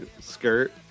skirt